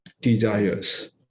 desires